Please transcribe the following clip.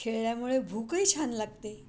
खेळल्यामुळे भूकही छान लागते